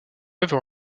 œuvre